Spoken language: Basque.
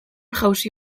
jausi